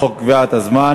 הצעת חוק קביעת הזמן